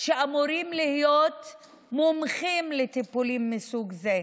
שאמורים להיות מומחים לטיפולים מסוג זה,